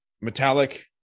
metallic